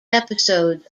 episodes